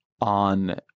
on